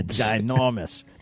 Ginormous